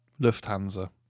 Lufthansa